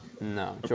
No